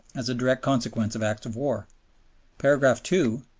as a direct consequence of acts of war paragraph two,